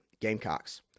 Gamecocks